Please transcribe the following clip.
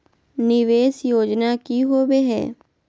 निवेस योजना की होवे है?